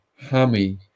Hammy